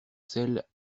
celle